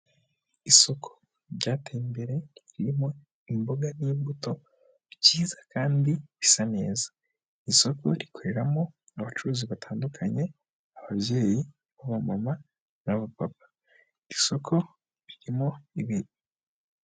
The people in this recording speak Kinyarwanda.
Isoko ryateye imbere ririmo imboga n'imbuto byiza kandi bisa neza isoko rikoreramo abacuruzi batandukanye ababyeyi, abamama n'abapapa isoko birimo ibindi.